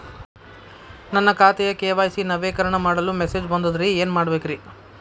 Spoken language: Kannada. ನನ್ನ ಖಾತೆಯ ಕೆ.ವೈ.ಸಿ ನವೇಕರಣ ಮಾಡಲು ಮೆಸೇಜ್ ಬಂದದ್ರಿ ಏನ್ ಮಾಡ್ಬೇಕ್ರಿ?